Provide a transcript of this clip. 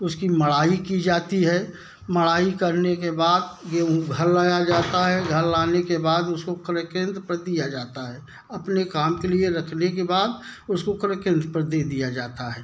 उसकी मड़ाई की जाती हैं मड़ाई करने के बाद गेहूँ घर लाया जाता है घर लाने के बाद उसको कल केंद्र पर दिया जाता है अपने काम के लिए रखने के बाद उसको केंद्र पर दे दिया जाता है